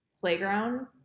playground